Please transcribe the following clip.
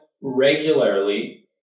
regularly